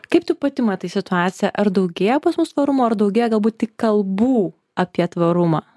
kaip tu pati matai situaciją ar daugėja pas mus tvarumo ar daugėja galbūt tik kalbų apie tvarumą